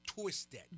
twisted